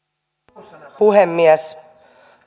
arvoisa puhemies